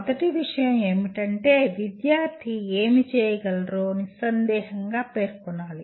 మొదటి విషయం ఏమిటంటే విద్యార్థి ఏమి చేయగలరో నిస్సందేహంగా పేర్కొనాలి